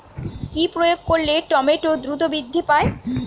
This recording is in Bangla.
কি প্রয়োগ করলে টমেটো দ্রুত বৃদ্ধি পায়?